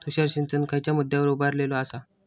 तुषार सिंचन खयच्या मुद्द्यांवर उभारलेलो आसा?